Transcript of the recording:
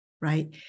Right